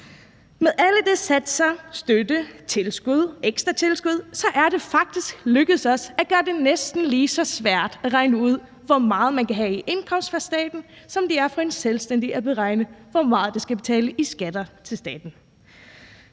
Med alle de satser, støtte, tilskud og ekstra tilskud er det faktisk lykkedes os at gøre det næsten lige så svært at regne ud, hvor meget man kan have i indkomst fra staten, som det er for selvstændige at beregne, hvor meget de skal betale i skatter til staten.